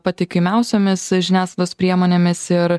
patikimiausiomis žiniasklaidos priemonėmis ir